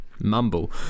mumble